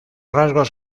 rasgos